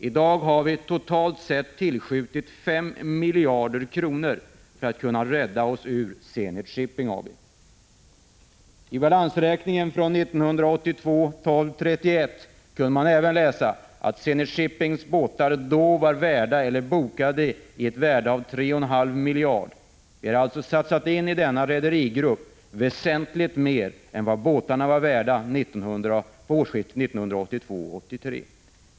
I dag har vi totalt sett tillskjutit 5 miljarder kronor för att kunna rädda oss ur Zenit Shipping AB. I balansräkningen av 31 december 1982 kunde man även läsa att Zenit Shippings båtar då var värda eller bokade i ett värde av 3,5 miljarder. Vi har alltså satt in i denna rederigrupp väsentligt mer än vad båtarna var värda årsskiftet 1982-1983.